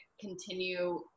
continue